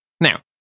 Now